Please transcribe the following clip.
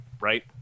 right